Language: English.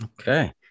Okay